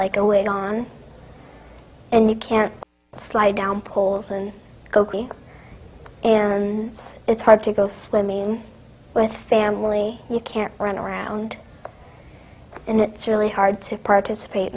like a wig on and you can slide down poles and gokey and it's hard to go swimming with family you can't run around and it's really hard to participate